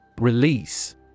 Release